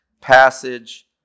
passage